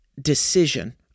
decision